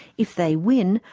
if they win,